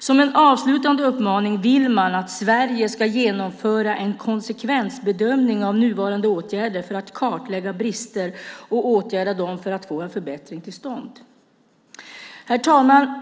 Som en avslutande uppmaning vill man att Sverige ska genomföra en konsekvensbedömning av nuvarande åtgärder för att kartlägga brister och åtgärda dem för att få en förbättring till stånd.